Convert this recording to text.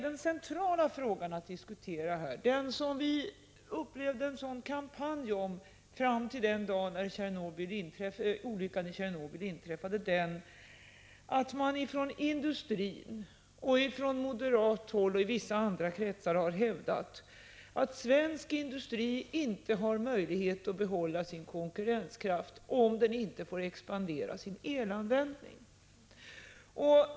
Den centrala frågan att diskutera här är den som vi upplevde en sådan kampanj kring fram till den dag olyckan i Tjernobyl inträffade. Man hävdade nämligen från industrin, från moderat håll och vissa andra kretsar att svensk industri inte har möjlighet att behålla sin konkurrenskraft om den inte får expandera sin elanvändning.